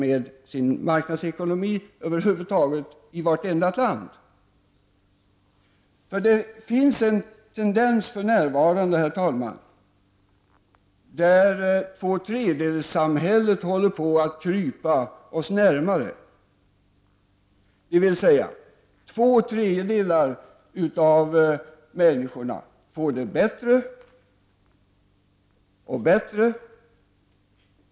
Själv skulle jag önska att undersökningen omfattade länder även utanför Europarådet. Det finns för närvarande en tendens, herr talman, att det s.k. två tredjedelssamhället kryper allt närmare oss. Det betyder att två tredjedelar av människorna får det allt bättre.